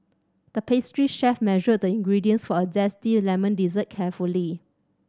the pastry chef measured the ingredients for a zesty lemon dessert carefully